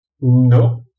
No